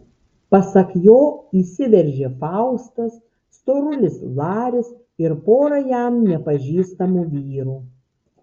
pasak jo įsiveržė faustas storulis laris ir pora jam nepažįstamų vyrų